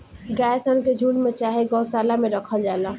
गाय सन के झुण्ड में चाहे गौशाला में राखल जाला